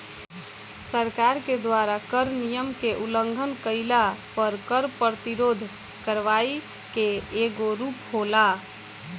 सरकार के द्वारा कर नियम के उलंघन कईला पर कर प्रतिरोध करवाई के एगो रूप होला